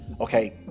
okay